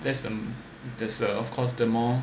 that's there's of course the more